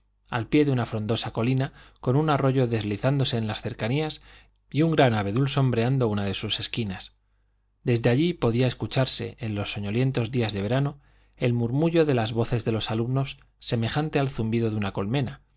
al pie de una frondosa colina con un arroyo deslizándose en las cercanías y un gran abedul sombreando una de sus esquinas desde allí podía escucharse en los soñolientos días de verano el murmullo de las voces de los alumnos semejante al zumbido de una colmena